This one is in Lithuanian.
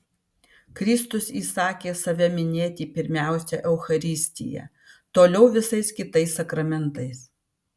kristus įsakė save minėti pirmiausia eucharistija toliau visais kitais sakramentais